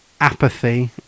apathy